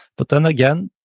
but then again,